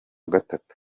gatatu